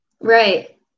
Right